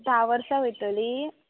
धा वर्सां वयतलीं